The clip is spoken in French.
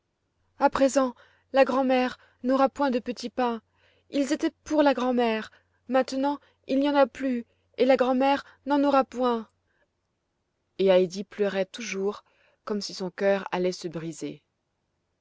a présent la grand'mère n'aura point de petits pains ils étaient pour la grand'mère maintenant il n'y en a plus et la grand'mère n'en aura point et heidi pleurait toujours comme si son cœur allait se briser